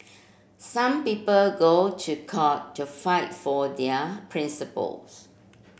some people go to court to fight for their principle